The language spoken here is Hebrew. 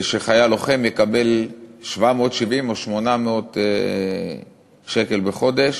שחייל לוחם יקבל 770 או 800 שקל בחודש